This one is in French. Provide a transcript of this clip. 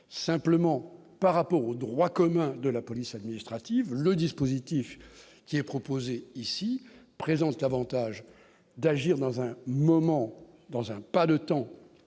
simplement par rapport au droit commun de la police administrative, le dispositif qui est proposé ici présente l'Avantage d'agir dans un moment dans un pas de temps